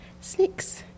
Snakes